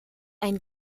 ein